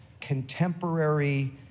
contemporary